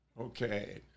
okay